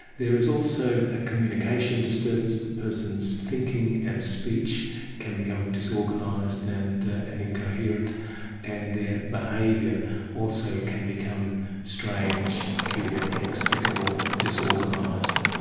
there is also a communication disturbance, the person's thinking and speech can become disorganised and and incoherent and their behaviour also can become strange, peculiar, inexplicable, disorganised.